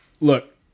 look